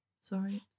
sorry